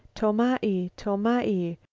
tomai! tomai,